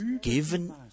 given